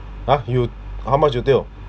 !huh! you how much you deal